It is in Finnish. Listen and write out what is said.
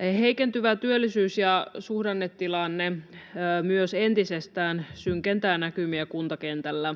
Heikentyvä työllisyys ja suhdannetilanne myös entisestään synkentävät näkymiä kuntakentällä.